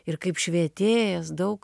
ir kaip švietėjas daug